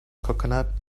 coconut